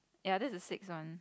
ya this is the sixth one